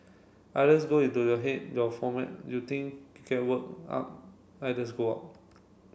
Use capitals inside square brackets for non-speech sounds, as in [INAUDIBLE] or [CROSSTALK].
ideas go into your head your [UNINTELLIGIBLE] you think get worked up ideas go out